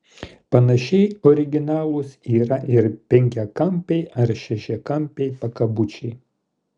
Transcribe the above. panašiai originalūs yra ir penkiakampiai ar šešiakampiai pakabučiai